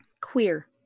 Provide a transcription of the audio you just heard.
Queer